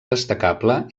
destacable